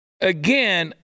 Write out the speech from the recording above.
again